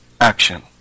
action